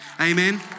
Amen